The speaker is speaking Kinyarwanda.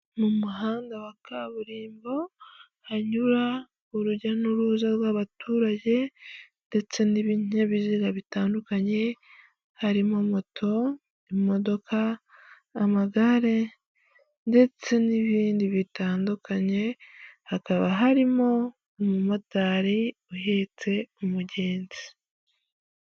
Mu muhanda wa kaburimbo hanyura urujya n'uruza rw'abaturage, ndetse n'ibinyabiziga bitandukanye, harimo moto, imodoka, amagare ndetse n'ibindi bitandukanye hakaba harimo umumotari uhetse umugenzi.